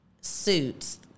Suits